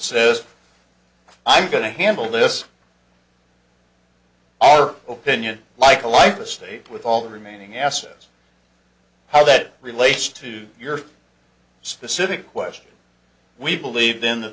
says i'm going to handle this our opinion like a like the state with all the remaining assets how that relates to your specific question we believe